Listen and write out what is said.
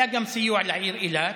היה גם סיוע לעיר אילת.